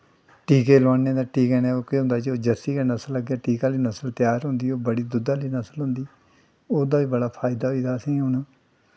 टीके लोआनें तां टीकें कन्नै केह् होंदा कि जरसी गै अग्गें टीके कन्नै नस्ल त्यार होंदी ओह् बड़ी दुद्ध आह्ली नस्ल होंदी ओह्दा बी बड़ा फैदा होई गेदा असेंगी